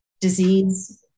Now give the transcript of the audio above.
disease